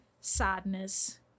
sadness